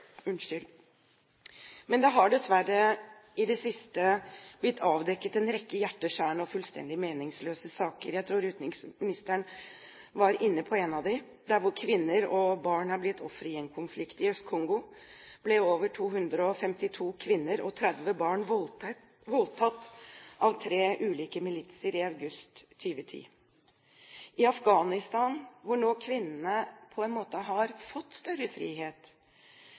Men det har dessverre i det siste blitt avdekket en rekke hjerteskjærende og fullstendig meningsløse saker – jeg tror utenriksministeren var inne på en av dem – hvor kvinner og barn er blitt ofre i en konflikt. I Øst-Kongo ble over 252 kvinner og 30 barn voldtatt av tre ulike militser i august 2010. I Afghanistan, hvor kvinnene nå på en måte har fått større frihet,